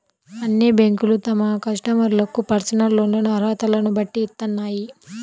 అన్ని బ్యేంకులూ తమ కస్టమర్లకు పర్సనల్ లోన్లను అర్హతలను బట్టి ఇత్తన్నాయి